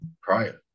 prior